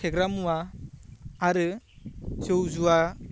फेग्रा मुवा आरो जौ जुवा